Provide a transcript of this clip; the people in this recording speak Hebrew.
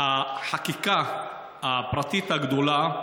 החקיקה הפרטית הגדולה,